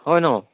হয় ন